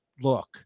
look